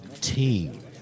team